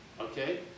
okay